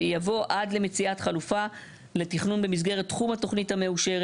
יבוא "עד למציאת חלופה לתכנון במסגרת תחום התוכנית המאושרת".